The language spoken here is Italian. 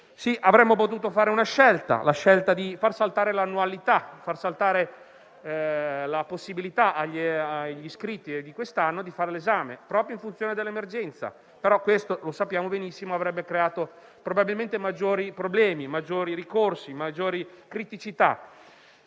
Sì, avremmo potuto fare una scelta, quella di far saltare l'annualità e non concedere la possibilità agli iscritti di quest'anno di fare l'esame, proprio in virtù dell'emergenza, però questo - lo sappiamo benissimo - avrebbe probabilmente creato maggiori problemi, maggiori ricorsi e criticità.